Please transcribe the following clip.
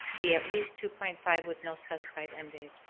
be at least two point five with no specified end date.